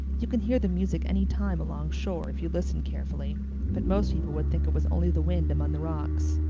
you can hear the music any time along shore if you listen carefully but most people would think it was only the wind among the rocks.